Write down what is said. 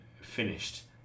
finished